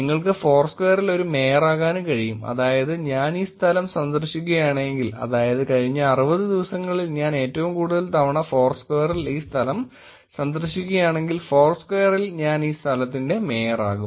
നിങ്ങൾക്ക് ഫോർസ്ക്വയറിൽ ഒരു മേയറാകാനും കഴിയും അതായത് ഞാൻ ഈ സ്ഥലം സന്ദർശിക്കുകയാണെങ്കിൽ അതായത് കഴിഞ്ഞ 60 ദിവസങ്ങളിൽ ഞാൻ ഏറ്റവും കൂടുതൽ തവണ ഫോർസ്ക്വയറിൽ ഈ സ്ഥലം സന്ദർശിക്കുകയാണെങ്കിൽ ഫോർസ്ക്വയറിൽ ഞാൻ ഈ സ്ഥലത്തിന്റെ മേയറാകും